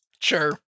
sure